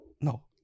No